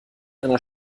einer